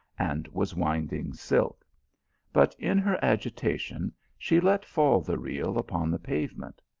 and was winding silk but in her agitation she let fall the reel upon the pavement.